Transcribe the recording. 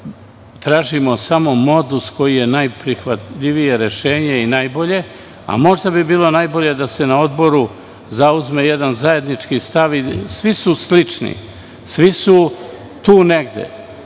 tražimo samo modus koji je najprihvatljivije rešenje i najbolje. Možda bi bilo najbolje da se na odboru zauzme jedan zajednički stav. Svi su slični u svi su tu negde,